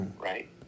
right